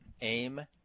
AIM